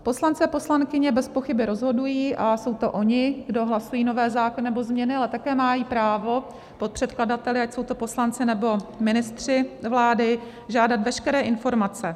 Poslanci a poslankyně bezpochyby rozhodují a jsou to oni, kdo hlasují nové zákony nebo změny, ale také mají právo po předkladateli, ať jsou to poslanci, nebo ministři vlády, žádat veškeré informace.